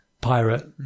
pirate